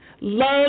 Love